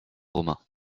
romain